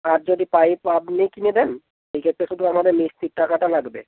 আর যদি পাইপ আপনি কিনে দেন সেই ক্ষেত্রে শুধু আমাদের মিস্ত্রির টাকাটা লাগবে